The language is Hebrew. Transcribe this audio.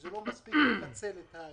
וזה לא מספיק לפצל את הכיתה.